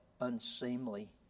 unseemly